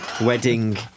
Wedding